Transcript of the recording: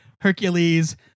hercules